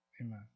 amen